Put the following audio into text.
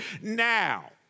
Now